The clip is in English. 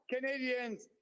Canadians